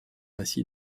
ainsi